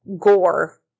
gore